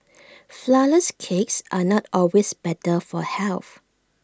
Flourless Cakes are not always better for health